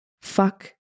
fuck